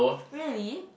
really